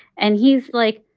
and he's like,